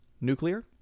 Nuclear